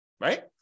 Right